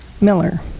Miller